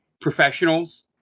professionals